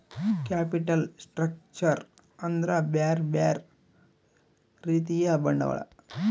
capital structure ಅಂದ್ರ ಬ್ಯೆರೆ ಬ್ಯೆರೆ ರೀತಿಯ ಬಂಡವಾಳ